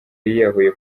yiyahuye